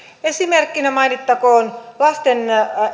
esimerkkinä mainittakoon lasten